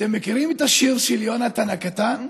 אתם מכירים את השיר של יונתן הקטן?